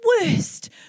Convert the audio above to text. worst